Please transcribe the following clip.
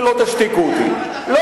ולא תשתיקו אותי.